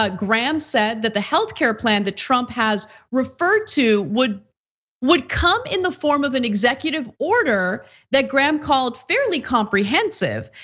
ah graham said that the health-care plan that trump has referred to would would come in the form of an executive order that graham called fairly comprehensive.